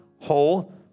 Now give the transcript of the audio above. Whole